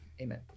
amen